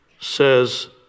says